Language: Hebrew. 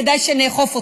כדאי שנאכוף אותם,